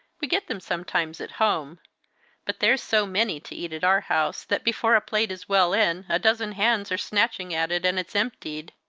we get them sometimes at home but there's so many to eat at our house, that before a plate is well in, a dozen hands are snatching at it, and it's emptied.